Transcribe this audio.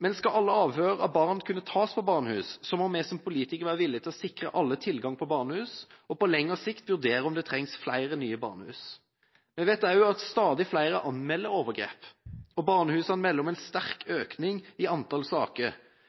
Men skal alle avhør av barn kunne tas på barnehus, må vi som politikere være villige til å sikre alle tilgang på barnehus og på lengre sikt vurdere om det trengs flere nye barnehus. Vi vet også at stadig flere anmelder overgrep, og barnehusene melder om en sterk